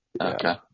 Okay